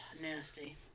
nasty